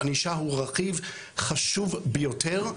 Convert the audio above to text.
הענישה הוא רכיב חשוב ביותר,